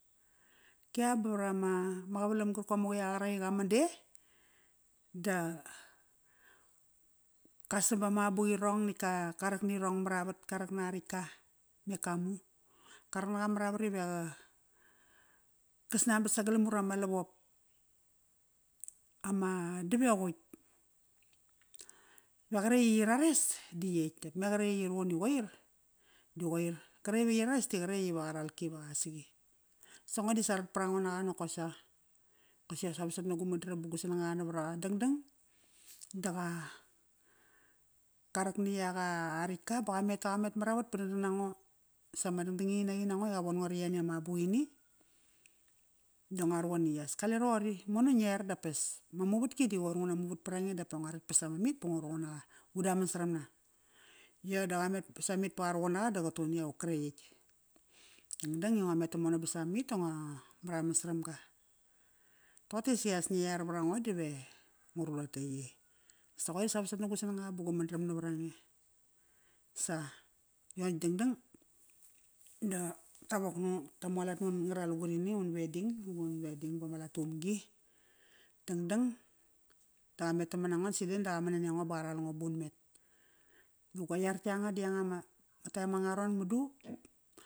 Kia ba varama qavalam qarkom ma quiaqa qaraqi qamande da qa sam bama buqirong natk qa rak nirong maravat. Ka rak na ritka, me kamu. Ka rak naqa maravat ive qa, qa snanbat sagalam ut ama lavop. Ama davequtk. Va qaretk i yi rares, di yetk dap me qaretk i yi ruqun i qoir, di qoir. Qaretk i yi rares di qaretk etk iva qa ralki, iva qa saqi. Sango disa ratprango naqa nokosa. sa vasat na gu madram ba gu sanagaqa navaraqa. Dangdang, da qa ka rak ni yak a ritka ba qa met ta qamet maravat pa dangdang nango. Sama dangdang gini naqi nango i qavon ngo ra yani ama abuqini. Da ngaruquni as kale roqori. Mono nger dapes ma muvetki da qoir nguna movat prange dapa ngo ret pa samamit pa nguruqun naqa, u daman saramna. Yo da qa met pa samamit pa qa ruqun naqa da qatuqun, iauk qretk etk. Dangdang i ngo met tamono ba samamit ta ngo maraman saram ga. Toqote sias nge iar varango dive ngu ruqun doqote i yey Sa qoir sa vasat na gu sanangaqa ba gu madaram navar ange, sa. Yo natk dangdang da ta wok nu, ta mualat nun ngara lugurini, un wedding, un wedding bama latumgi. Dangdang da qamet tamanango si dangdang da qa man nani ango lo qa ral ngo bun met. Di gua iar yanga di yanga ma time angararon madu